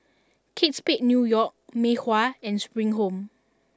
Kate Spade New York Mei Hua and Spring Home